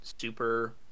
super